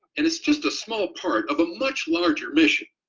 and it's just a small part of a much larger mission.